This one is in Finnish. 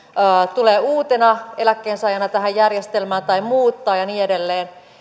tulee uutena eläkkeensaajana tähän järjestelmään tai muuttaa ja niin edelleen